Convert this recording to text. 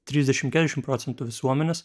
trisdešim keturiasdešim procentų visuomenės